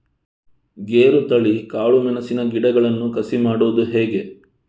ಗೇರುತಳಿ, ಕಾಳು ಮೆಣಸಿನ ಗಿಡಗಳನ್ನು ಕಸಿ ಮಾಡುವುದು ಹೇಗೆ?